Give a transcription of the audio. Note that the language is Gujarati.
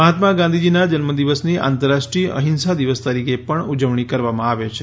માહાત્મા ગાંધીજીનાં જન્મદિવસની આંતરરાષ્ટ્રીય અહિંસા દિવસ તરીકે પણ ઉજવણી કરવામાં આવે છે